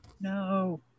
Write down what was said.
No